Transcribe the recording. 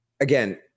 Again